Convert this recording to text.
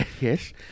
Yes